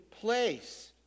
place